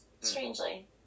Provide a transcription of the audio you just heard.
strangely